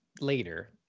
later